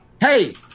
Hey